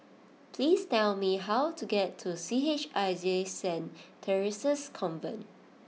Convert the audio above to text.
please tell me how to get to C H I J St Theresa's Convent